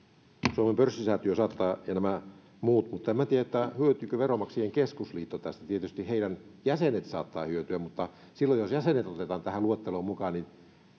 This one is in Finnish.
suomen pörssisäätiö ja nämä muut saattavat mutta en minä tiedä hyötyykö veronmaksajain keskusliitto tästä tietysti heidän jäsenensä saattavat hyötyä mutta silloin jos jäsenet otetaan tähän luetteloon mukaan niin